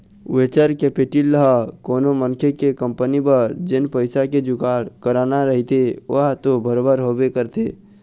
venture capital ह कोनो मनखे के कंपनी बर जेन पइसा के जुगाड़ कराना रहिथे ओहा तो बरोबर होबे करथे